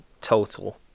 total